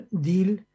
deal